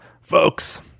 folks